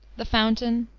the fountain,